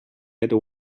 had